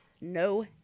no